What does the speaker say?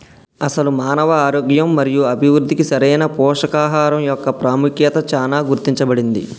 అసలు మానవ ఆరోగ్యం మరియు అభివృద్ధికి సరైన పోషకాహరం మొక్క పాముఖ్యత చానా గుర్తించబడింది